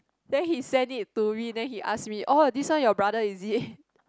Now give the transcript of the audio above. then he send it to me then he ask me oh this one your brother is it